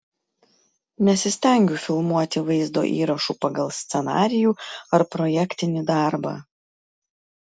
nesistengiu filmuoti vaizdo įrašų pagal scenarijų ar projektinį darbą